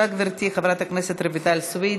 התשע"ז 2017, של חברת הכנסת רויטל סויד